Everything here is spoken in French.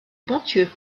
ponthieu